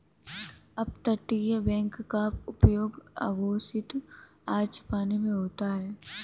अपतटीय बैंक का उपयोग अघोषित आय छिपाने में होता है